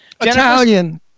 Italian